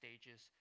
stages